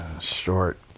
short